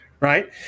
Right